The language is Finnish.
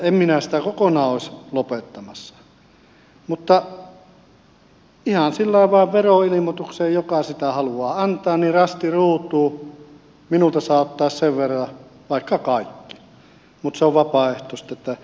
en minä sitä kokonaan olisi lopettamassa mutta ihan sillä lailla vain että joka sitä haluaa antaa niin veroilmoitukseen rasti ruutuun minulta saa ottaa sen verran vaikka kaikki mutta että se on vapaaehtoista